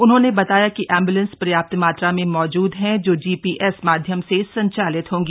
उन्होंने बताया कि एम्बुलेंस पर्याप्त मात्रा में मौजूद हैं जो जीपीएस माध्यम से संचालित होंगी